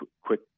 quick